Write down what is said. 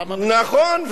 למה נכון,